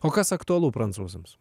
o kas aktualu prancūzams